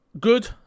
good